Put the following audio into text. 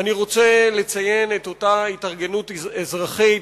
אני רוצה לציין את אותה התארגנות אזרחית